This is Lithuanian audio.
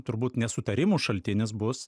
turbūt nesutarimų šaltinis bus